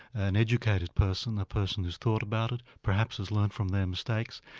an educated person, a person who's thought about it, perhaps has learnt from their mistakes,